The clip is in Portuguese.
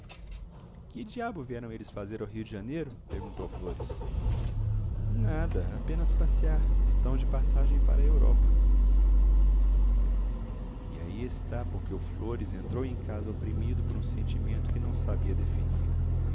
que diabo vieram eles fazer ao rio de janeiro perguntou o flores nada apenas passear estão de passagem para a europa e aí está por que o flores entrou em casa oprimido por um sentimento que não sabia definir